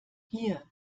hier